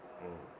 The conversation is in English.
mm